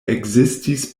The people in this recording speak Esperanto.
ekzistis